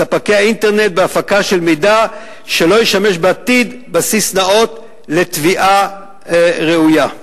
את ספקי האינטרנט בהפקה של מידע שלא ישמש בעתיד בסיס נאות לתביעה ראויה.